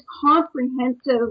comprehensive